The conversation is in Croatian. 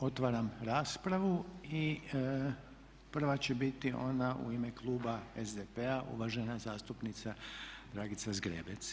Otvaram raspravu i prva će biti ona u ime kluba SDP-a uvažena zastupnica Dragica Zgrebec.